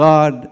God